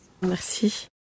Merci